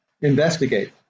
investigate